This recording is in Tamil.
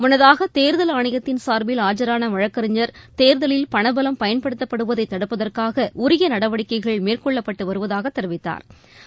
முன்னதாகதேர்தல் சார்பில் ஆணையத்தின் ஆஜரானவழக்கறிஞர் தேர்தலில் பணபலம் பயன்படுத்தப்படுவதைதடுப்பதற்காகஉரியநடவடிக்கைகள் மேற்கொள்ளப்பட்டுவருவதாகத் தெரிவித்தாா்